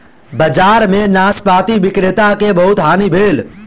बजार में नाशपाती विक्रेता के बहुत हानि भेल